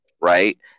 right